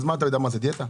אז הוא יודע מה זה דיאטה?